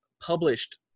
published